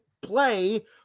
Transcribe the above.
play